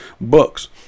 books